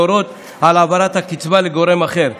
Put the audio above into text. להורות על העברת הקצבה לגורם אחר.